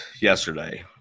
yesterday